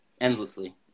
endlessly